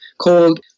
called